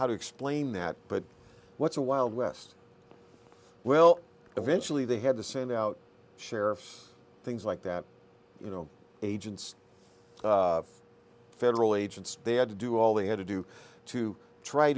how to explain that but what's a wild west well eventually they had to send out sheriffs things like that you know agents federal agents they had to do all they had to do to try